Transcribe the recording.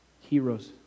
Heroes